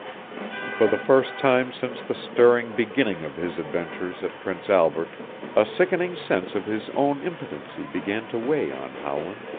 for the first time since the stirring beginning of his adventures at prince albert a sickening sense of his own impotency began to weigh on howland.